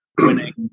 Winning